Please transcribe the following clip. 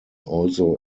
also